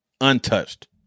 untouched